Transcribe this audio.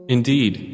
Indeed